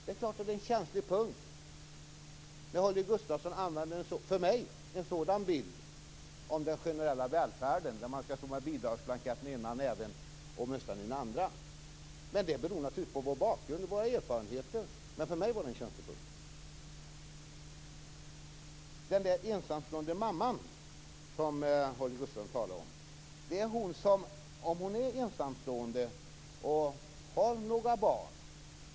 Det är klart att det är en känslig punkt för mig när Holger Gustafsson använder en sådan bild av den generella välfärden, nämligen att man skall stå med bidragsblanketten i den ena näven och med mössan i den andra. Det beror naturligtvis på vår bakgrund och våra erfarenheter. För mig var det en känslig punkt. Den där mamman, som Holger Gustafsson talar om, är ensamstående och har några barn.